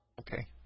Okay